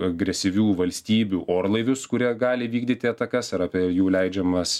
agresyvių valstybių orlaivius kurie gali vykdyti atakas ir apie jų leidžiamas